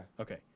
okay